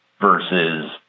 versus